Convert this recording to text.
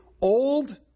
old